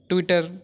twitter